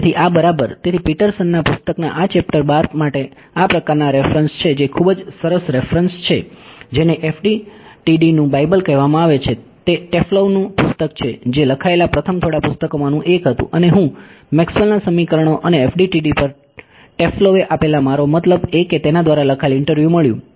તેથી આ બરાબર તેથી પીટરસનના પુસ્તકના આ ચેપ્ટર 12 માટે આ પ્રકારના રેફરન્સ છે જે ખૂબ જ સરસ રેફરન્સ છે જેને FDTDનું બાઇબલ કહેવામાં આવે છે તે ટેફ્લોવ નું પુસ્તક છે જે લખાયેલા પ્રથમ થોડા પુસ્તકોમાંનું એક હતું અને હું મેક્સવેલના સમીકરણો અને FDTD પર ટેફ્લોવે આપેલ મારો મતલબ એ કે તેના દ્વારા લખાયેલ ઇન્ટરવ્યુ મળ્યુ